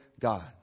God